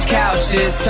couches